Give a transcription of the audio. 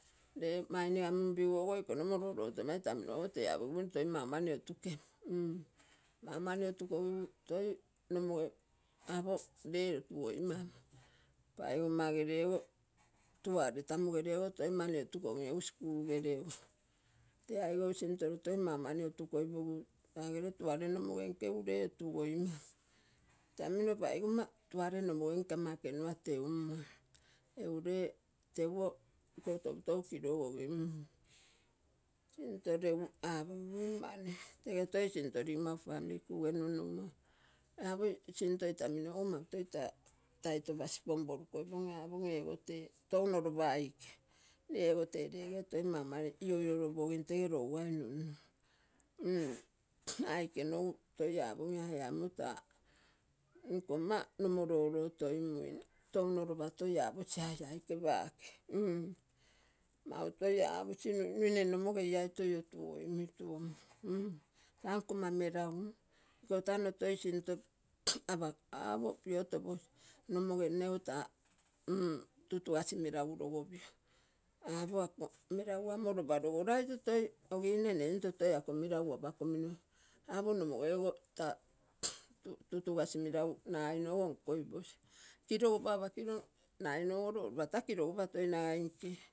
Le maigiga munpiguogo iko nomo lolotai ita minogo to apogiguine toi mau mani otukem-mm mau mani otukogigu toi nomoge apo le oni otugoi mau. paigomma gere ogo tuare, tamu gere ogo toi maui otukogi, egu sikul gere ogo. Te aigou sintoro toi mau mani otukoipogigu tagere tagere tuare nomogenke egu le otugoinian, itamino paigomma tuare nomogenke ama ekenua teummoi. Egu le teguo toi tou kilogogim mm. Sinto legu apogim mani. Tege toi sinto ligommau pamili kuge numnumo apo sinto itamingolo mau toi ta taitopasi pompolukoipogim, apogim ego te toupooo lopa aike. Lego tee lege toi maumani ioioulopogim, tege lougai niumnium. U aike nlogu toi apogim a ee amo ta nkomma nomo lolotoimuine, touno lopa toi aposi a e aike pake u, mautoi aposi nuinui nne nomoge iai toi otugoimui u-ta nkomma melagu ikotano toisinto opo piotoposi. Nomoge nnego ta n tutugasi nelagu logopio. Apo ako nelagu ama lopa logolaito toi, ogine nne into toi ako nelagu apakonino apo nomogego to tutugasi meragu nagainogo lo lopa lapata kilogupa nagai nkei.